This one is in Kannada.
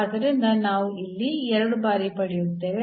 ಆದ್ದರಿಂದ ನಾವು ಇಲ್ಲಿ 2 ಬಾರಿ ಪಡೆಯುತ್ತೇವೆ